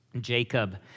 Jacob